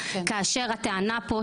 כאשר הטענה פה,